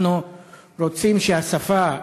אנחנו רוצים שהשפה